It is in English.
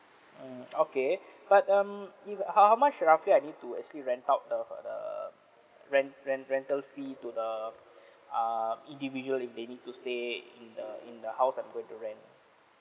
mm okay but um if how how much roughly I need to actually rent out the for the rent rent rental fee to the err individual if they need to stay in the in the house I'm going to rent